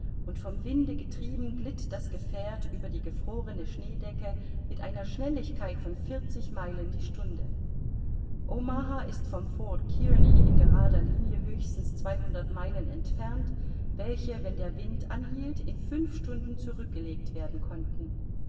und vom winde getrieben glitt das gefährt über die gefrorene schneedecke mit einer schnelligkeit von vierzig meilen die stunde omaha ist vom fort kearney in gerader linie höchstens zweihundert meilen entfernt welche wenn der wind anhielt in fünf stunden zurückgelegt werden konnten